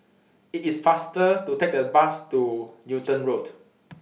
IT IS faster to Take The Bus to Newton Road